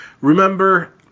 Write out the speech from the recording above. remember